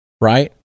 right